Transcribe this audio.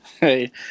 Hey